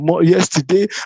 yesterday